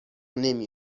نمی